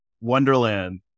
wonderland